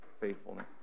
faithfulness